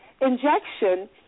injection